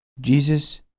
Jesus